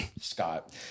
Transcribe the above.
Scott